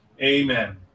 Amen